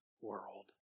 world